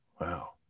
Wow